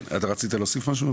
כן, רצית להוסיף משהו?